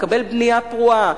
לקבל בנייה פרועה,